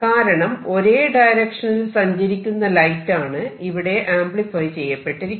കാരണം ഒരേ ഡയരക്ഷനിൽ സഞ്ചരിക്കുന്ന ലൈറ്റ് ആണ് ഇവിടെ ആംപ്ലിഫൈ ചെയ്യപ്പെട്ടിരിക്കുന്നത്